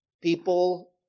People